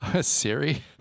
Siri